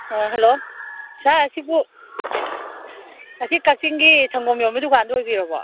ꯑꯥ hello sir ꯁꯤꯕꯨ ꯑꯁꯤ ꯀꯛꯆꯤꯡꯒꯤ ꯁꯪꯒꯣꯝ ꯌꯣꯟꯕ ꯗꯨꯀꯥꯟꯗꯣ ꯑꯣꯏꯕꯤꯔꯕꯣ